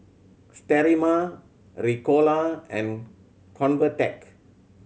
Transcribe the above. Sterimar Ricola and Convatec